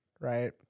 right